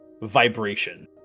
vibration